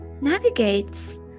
navigates